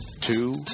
two